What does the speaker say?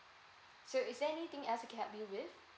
so is there anything else I can help you with